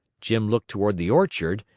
jim looked toward the orchard,